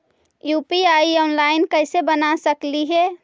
UPI online कैसे बना सकली हे?